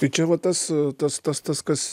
tai čia va tas tas tas tas kas